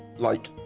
like